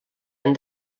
han